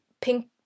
pink